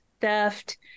theft